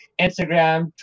instagram